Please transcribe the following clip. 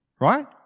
Right